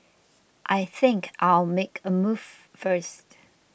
I think I'll make a move first